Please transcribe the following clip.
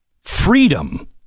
freedom